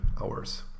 hours